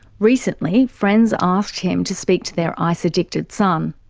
recently friends asked him to speak to their ice addicted son.